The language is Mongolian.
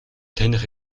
таних